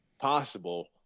possible